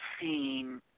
seen